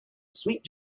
sweet